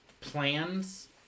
Plans